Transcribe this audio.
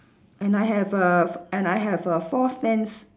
and I have err f~ and I have err four stands